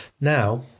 now